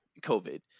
COVID